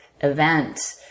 event